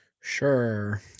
Sure